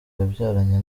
yabyaranye